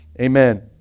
Amen